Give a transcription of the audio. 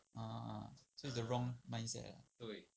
ah so it's the wrong mindset lah